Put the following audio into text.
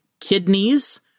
kidneys